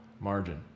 margin